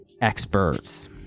experts